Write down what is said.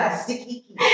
sticky